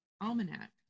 almanac